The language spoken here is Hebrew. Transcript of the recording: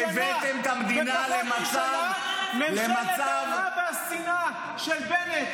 והבאתם את המדינה למצב --- בפחות משנה ממשלת ההונאה והשנאה של בנט,